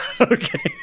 okay